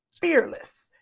fearless